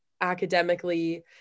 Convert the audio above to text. academically